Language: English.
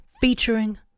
featuring